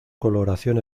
coloración